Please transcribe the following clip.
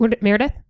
Meredith